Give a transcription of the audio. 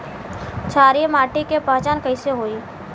क्षारीय माटी के पहचान कैसे होई?